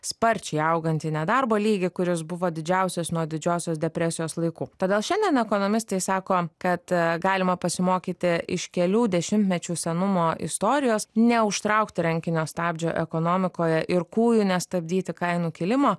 sparčiai augantį nedarbo lygį kuris buvo didžiausias nuo didžiosios depresijos laikų todėl šiandien ekonomistai sako kad galima pasimokyti iš kelių dešimtmečių senumo istorijos neužtraukti rankinio stabdžio ekonomikoje ir kūju nestabdyti kainų kilimo